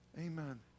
Amen